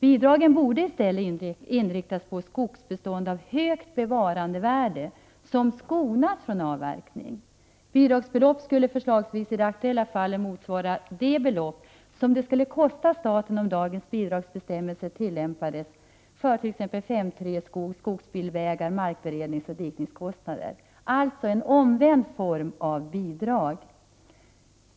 Bidragen borde inriktas mot skogsbestånd av högt bevarandevärde som skonas från avverkning. Bidragsbeloppet skulle förslagsvis i det aktuella fallet motsvara vad det skulle kosta staten om dagens bidragsbestämmelser tillämpades för t.ex. 5:3-skog, skogsbilvägar, markberedning och dikningskostnader, dvs. en omvänd form av bidrag.